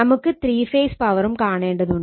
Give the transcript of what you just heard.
നമുക്ക് three phase പവറും കാണേണ്ടതുണ്ട്